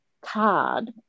card